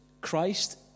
Christ